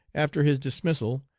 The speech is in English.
after his dismissal,